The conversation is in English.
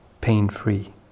pain-free